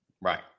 Right